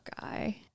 guy